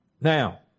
Now